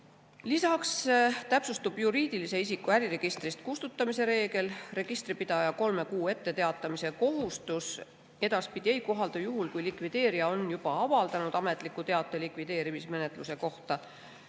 euro. Lisaks täpsustub juriidilise isiku äriregistrist kustutamise reegel. Registripidaja kolme kuu etteteatamise kohustus edaspidi ei kohaldu, juhul kui likvideerija on juba avaldanud ametliku teate likvideerimismenetluse kohta.